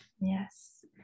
yes